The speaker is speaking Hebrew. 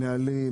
נהלים,